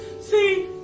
See